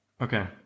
Okay